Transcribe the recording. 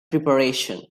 preparation